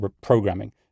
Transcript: programming